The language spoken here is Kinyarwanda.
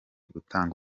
gutanga